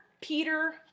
Peter